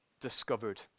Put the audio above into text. discovered